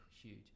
huge